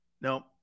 no